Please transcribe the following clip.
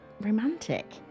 romantic